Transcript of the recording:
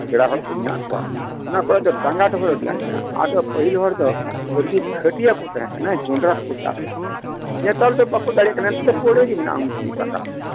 ᱯᱮᱲᱟ ᱦᱚᱲ ᱠᱚ ᱢᱮᱱᱟᱜ ᱠᱚᱣᱟ ᱚᱱᱟ ᱠᱚᱨᱮᱫ ᱫᱚ ᱰᱟᱝᱜᱟ ᱡᱚᱢᱤ ᱟᱹᱰᱤ ᱟᱸᱴ ᱢᱮᱱᱟᱜᱼᱟ ᱟᱫᱚ ᱯᱟᱹᱦᱤᱞ ᱦᱚᱲ ᱫᱚ ᱟᱹᱰᱤ ᱜᱷᱟᱹᱴᱭᱟᱹ ᱠᱚ ᱛᱟᱦᱮᱸ ᱠᱟᱱᱟ ᱡᱚᱱᱰᱨᱟ ᱠᱚᱠᱚ ᱪᱟᱥ ᱮᱫ ᱛᱟᱦᱮᱱᱟ ᱱᱮᱛᱟᱨ ᱫᱚ ᱵᱟᱠᱚ ᱫᱟᱲᱮᱭᱟᱜ ᱠᱟᱱᱟ ᱱᱮᱛᱟᱨ ᱫᱚ ᱯᱚᱲᱮ ᱜᱮ ᱢᱮᱱᱟᱜᱼᱟ ᱩᱱᱛᱤᱨᱤᱡ ᱰᱟᱝᱰᱜᱟ